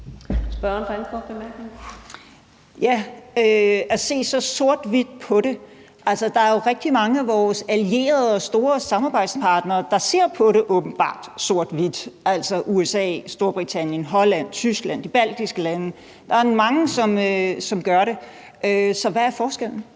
at se sort-hvidt på det. Der er jo rigtig mange af vores allierede og store samarbejdspartnere, der åbenbart ser sort-hvidt på det, altså USA, Storbritannien, Holland, Tyskland og de baltiske lande. Der er mange, som gør det, så hvad er forskellen?